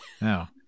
No